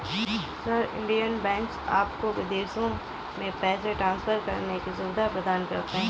sir, Indian banks आपको विदेशों में पैसे ट्रान्सफर करने की सुविधा प्रदान करते हैं